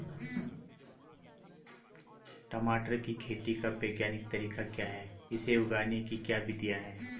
टमाटर की खेती का वैज्ञानिक तरीका क्या है इसे उगाने की क्या विधियाँ हैं?